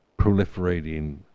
proliferating